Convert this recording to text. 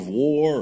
war